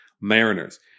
Mariners